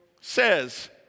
says